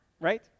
right